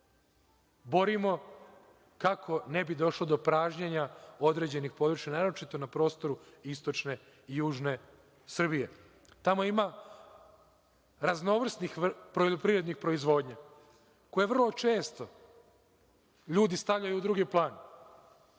borimo kako ne bi došlo do pražnjenja određenih područja, naročito na prostoru Istočne i Južne Srbije. Tamo ima raznovrsnih poljoprivrednih proizvodnji, koje vrlo često ljudi stavljaju u drugi plan,